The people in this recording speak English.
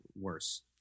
worse